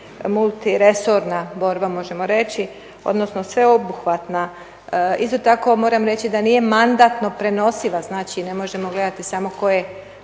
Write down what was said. multiresorna borba, možemo reći, odnosno sveobuhvatna. Isto tako moram reći da nije mandatno prenosiva, znači ne možemo gledati samo tko je